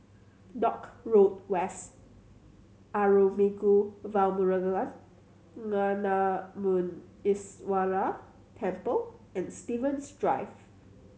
Dock Road West Arulmigu Velmurugan Gnanamuneeswarar Temple and Stevens Drive